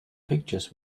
pictures